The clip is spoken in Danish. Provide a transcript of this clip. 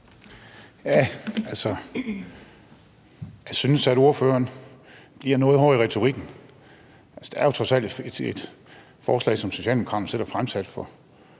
Jeg synes, at ordføreren bliver noget hård i retorikken. Altså, det er jo trods alt et forslag, som Socialdemokraterne selv har fremsat for